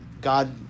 God